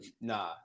nah